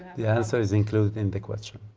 the answer is included in the question.